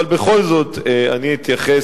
אבל בכל זאת אני אתייחס,